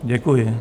Děkuji.